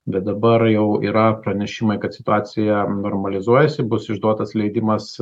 bet dabar jau yra pranešimai kad situacija normalizuojasi bus išduotas leidimas